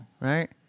right